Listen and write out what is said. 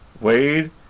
Wade